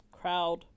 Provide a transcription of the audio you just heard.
Crowd